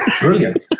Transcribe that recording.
brilliant